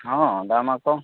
ᱦᱮᱸ ᱫᱟᱢ ᱟᱠᱚ